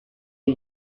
for